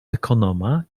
ekonoma